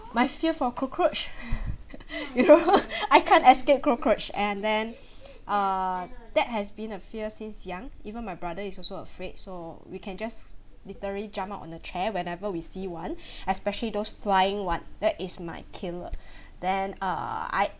my fear for cockroach you know I can't escape cockroach and then err that has been a fear since young even my brother is also afraid so we can just literary jump out on the chair whenever we see one especially those flying [one] that is my killer then err I